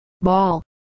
Ball